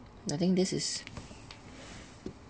I think this is